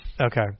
Okay